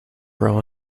grow